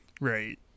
Right